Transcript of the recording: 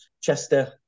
Chester